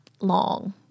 long